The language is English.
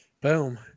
boom